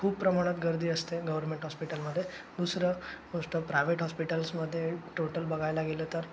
खूप प्रमाणात गर्दी असते गव्हर्नमेंट हॉस्पिटलमध्ये दुसरं गोष्ट प्रायवेट हॉस्पिटल्समध्ये टोटल बघायला गेलं तर